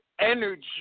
energy